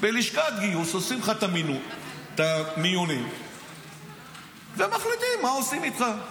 בלשכת גיוס עושים לך את המיונים ומחליטים מה עושים איתך.